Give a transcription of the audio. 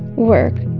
work?